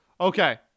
Okay